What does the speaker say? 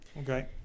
Okay